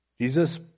Jesus